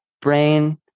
brain